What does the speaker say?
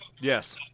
Yes